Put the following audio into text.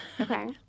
Okay